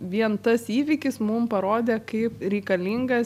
vien tas įvykis mum parodė kaip reikalingas